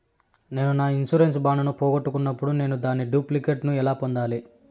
నేను నా insurance bond ను పోగొట్టుకున్నప్పుడు నేను దాని డూప్లికేట్ ను ఎలా పొందాలి?